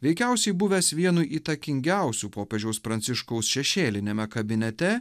veikiausiai buvęs vienu įtakingiausių popiežiaus pranciškaus šešėliniame kabinete